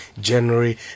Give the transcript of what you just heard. January